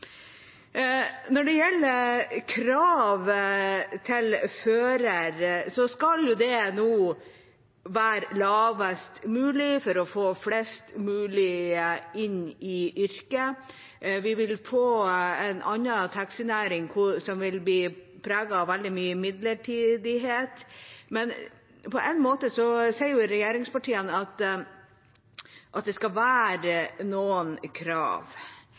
Når det gjelder krav til førerne, skal de nå være lavest mulig for å få flest mulig inn i yrket. Vi vil få en annen taxinæring, som vil bli preget av veldig mye midlertidighet. På en måte sier regjeringspartiene at det skal være noen krav